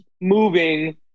moving